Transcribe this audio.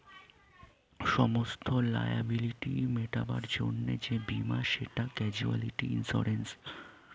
সমস্ত লায়াবিলিটি মেটাবার জন্যে যেই বীমা সেটা ক্যাজুয়ালটি ইন্সুরেন্স